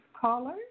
caller